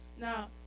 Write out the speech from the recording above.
Now